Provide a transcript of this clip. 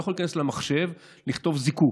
אני לא יכול להיכנס למחשב ולכתוב "זיקוק".